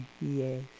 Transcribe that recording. Yes